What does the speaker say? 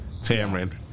Tamron